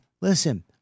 listen